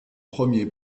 premiers